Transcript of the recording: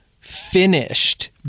finished